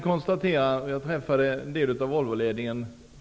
Förra veckan träffade jag några i Volvoledningen.